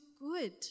good